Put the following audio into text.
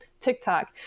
tiktok